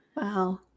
Wow